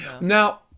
Now